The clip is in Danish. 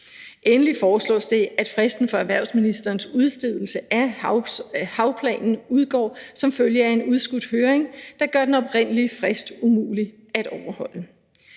Endelig foreslås det, at fristen for erhvervsministerens udstedelse af havplanen udgår som følge af en udskudt høring, der gør den oprindelige frist umulig at overholde.